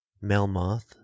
melmoth